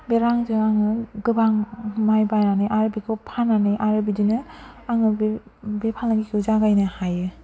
बे रांजों आङो गोबां माइ बायनानै आर बेखौ फाननानै आरो बिदिनो आङो बे बे फालांगिखौ जागायनो हायो